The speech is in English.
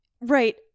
Right